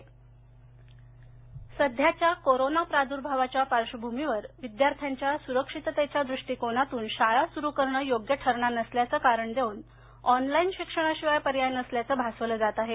online शिक्षण सध्याच्या corona प्रादूर्भावाच्या पार्श्वभूमीवर विद्यार्थ्यांच्या सुरक्षिततेच्या दृष्टिकोनातून शाळा सुरु करणं योग्य ठरणार नसल्याचं कारण देऊन ऑनलाईन शिक्षणाशिवाय पर्याय नसल्याचं भासवलं जात आहे